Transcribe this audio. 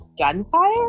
Gunfire